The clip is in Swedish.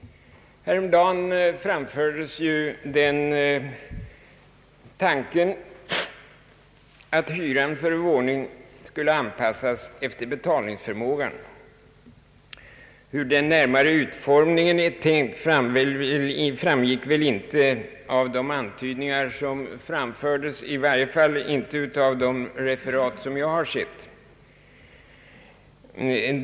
Häromdagen framfördes tanken att hyran för en våning skulle anpassas efter betalningsförmågan. Hur den närmare utformningen är tänkt, framgick väl inte av de antydningar som har gjorts i de referat som i varje fall jag har sett.